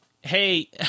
Hey